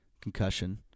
Concussion